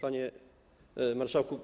Panie Marszałku!